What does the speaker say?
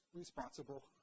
responsible